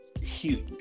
huge